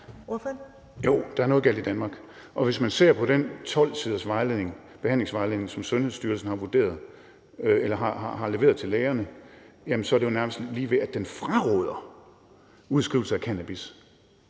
(ALT): Jo, der er noget galt i Danmark. Og hvis man ser på den 12 siders behandlingsvejledning, som Sundhedsstyrelsen har leveret til lægerne, så er det jo nærmest lige ved, at den fraråder udskrivelse af cannabis.